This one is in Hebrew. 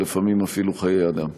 ולפעמים אפילו חיי אדם.